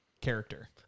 character